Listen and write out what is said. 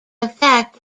effect